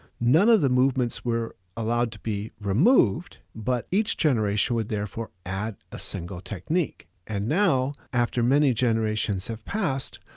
none of the movements were allowed to be removed, but each generation would therefore add a single technique. and now after many generations have passed,